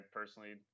personally